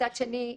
מצד שני,